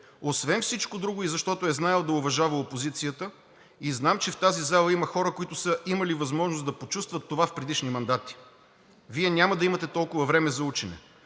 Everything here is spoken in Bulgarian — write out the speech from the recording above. освен всичко друго и защото е знаел да уважава опозицията, и знам, че в тази зала има хора, които са имали възможност да почувстват това в предишни мандати. Вие няма да имате толкова време за учене.